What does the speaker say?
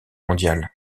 mondiale